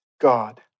God